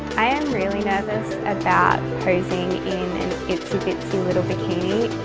i am really nervous about traipsing in an itsy bitsy little bikini.